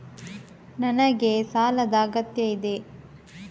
ನನಗೆ ಸಾಲದ ಅಗತ್ಯ ಇದೆ?